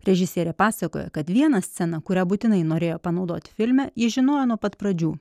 režisierė pasakoja kad vieną sceną kurią būtinai norėjo panaudot filme ji žinojo nuo pat pradžių